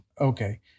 okay